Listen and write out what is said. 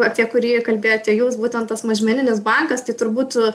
apie kurį kalbėjote jūs būtent tas mažmeninis bankas tai turbūt